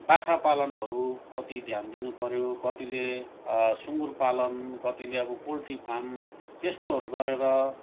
बाख्रा पालनहरूप्रति ध्यान दिनुपऱ्यो कतिले सुँगुर पालन कतिले अब पोल्ट्री फार्म त्यस्तोहरू गरेर